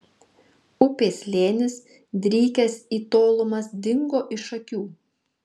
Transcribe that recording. upės slėnis drykęs į tolumas dingo iš akių